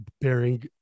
bearing